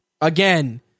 Again